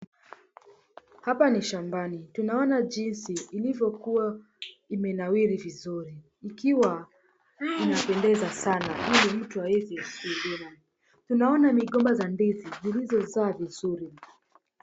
Hapa ni shambani tunaona jinsi ilivyokuwa imenawiri vizuri ikiwa inapendeza sana mtu haezi kuiona, tunaona migomba za ndizi zilizozaa vizuri.